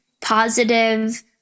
positive